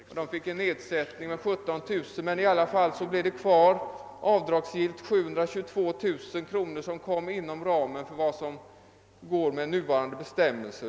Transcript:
Företaget fick en nedsättning med 17 000 kronor, men 722000 kronor kvarstod i alla fall som avdragsgillt inom ramen för nuvarande bestämmelser.